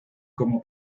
como